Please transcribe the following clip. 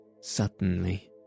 Suddenly